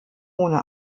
ohne